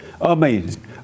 Amazing